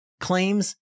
claims